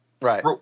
Right